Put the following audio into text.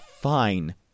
fine